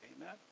Amen